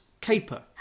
Caper